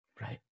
Right